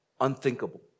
Unthinkable